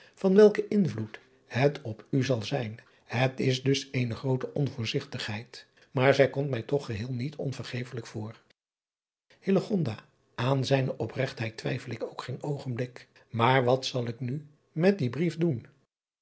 van welken invloed het op u zal zijn et is dus eene groote onvoorzigtigheid maar zij komt mij toch geheel niet onvergeeslijk voor an zijne opregtheid twijfel ik driaan oosjes zn et leven van illegonda uisman ook geen oogenblik maar wat zal ik nu met dien brief doen